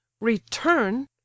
return